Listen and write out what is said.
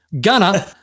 Gunner